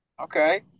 Okay